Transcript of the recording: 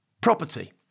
property